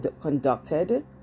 conducted